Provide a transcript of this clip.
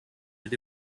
and